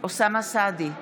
אוסאמה סעדי,